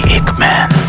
Ickman